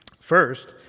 First